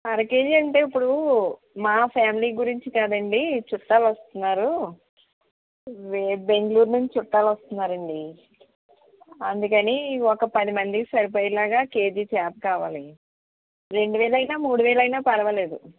అర కేజీ అంటే ఇప్పుడూ మా ఫ్యామిలీ గురించి కాదండీ చుట్టాలు వస్తున్నారు బే బెంగుళూరు నుంచి చుట్టాలు వస్తున్నారండి అందుకనీ ఒక పదిమందికి సరిపోయేలాగా కేజీ చేప కావాలీ రెండు వేలు అయినా మూడు వేలు అయినా పర్వాలేదు